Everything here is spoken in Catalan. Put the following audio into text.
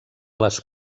les